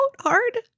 hard